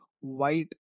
white